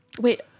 Wait